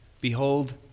Behold